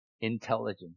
intelligent